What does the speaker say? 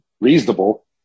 reasonable